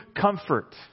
comfort